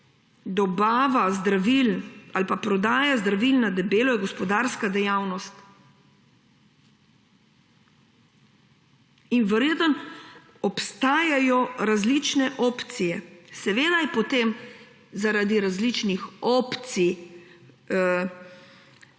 dobava zdravil ali prodaja zdravil na debelo je gospodarska dejavnost in verjetno obstajajo različne opcije. Seveda je pa potem zaradi različnih opcij,